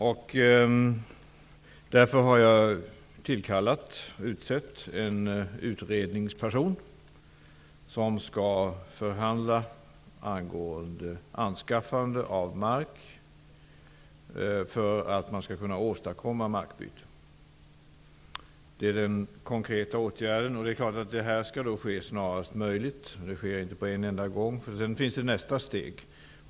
Jag har därför utsett en utredningsperson som skall förhandla angående anskaffande av mark för att kunna åstadkomma markbyte. Det är den konkreta åtgärden. Detta skall ske snarast möjligt. Det sker inte på en enda gång. Sedan kommer nästa steg.